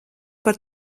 par